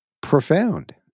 profound